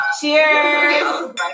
Cheers